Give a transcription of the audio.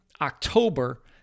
October